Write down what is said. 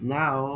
now